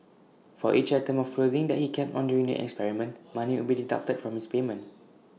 for each item of clothing that he kept on during the experiment money would be deducted from his payment